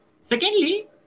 Secondly